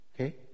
Okay